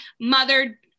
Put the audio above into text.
mother